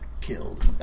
killed